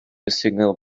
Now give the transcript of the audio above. signal